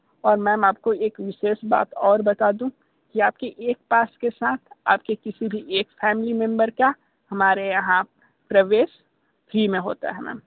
और मैम आपको एक विशेष बात और बता दूँ कि आपके एक पास के साथ आपके किसी भी एक फ़ैमिली मेंबर का हमारे यहां प्रवेश फ्री में होता है मैम